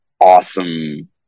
awesome